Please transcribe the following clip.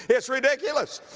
it's ridiculous.